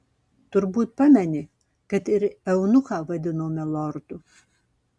turbūt pameni kad ir eunuchą vadinome lordu